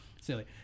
silly